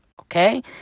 okay